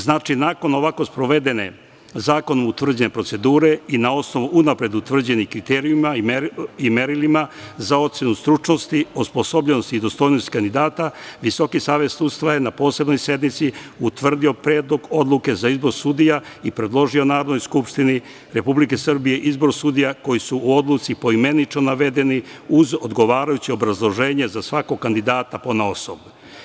Znači, nakon ovako sprovedene zakonom utvrđene procedure i na osnovu unapred utvrđenih kriterijuma i merila za ocenu stručnosti, osposobljenosti i dostojnosti kandidata, Visoki savet sudstva je na posebnoj sednici utvrdio predlog odluke za izbor sudija i predložio Narodnoj skupštini Republike Srbije izbor sudija koji su u odluci poimenično navedeni, uz odgovarajuće obrazloženje za svakog kandidata ponaosob.